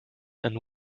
and